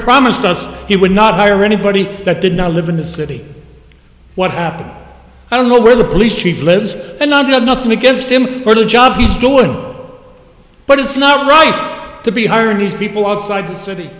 promised us he would not hire anybody that did not live in the city what happened i don't know where the police chief lives and the nothing against him or the job he's doing but it's not right to be hiring these people outside the city